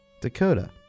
Dakota